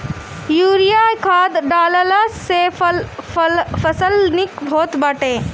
urea खाद डालला से फसल निक होत बाटे